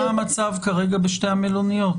מה המצב כרגע בשתי המלוניות?